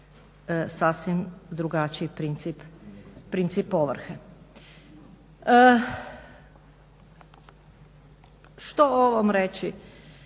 sasvim drugačiji princip ovrhe. Što o ovom reći?